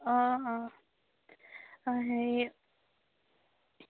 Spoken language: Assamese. অঁ অঁ অঁ হেৰি